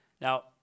Now